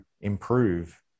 improve